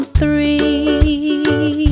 three